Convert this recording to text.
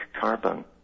carbon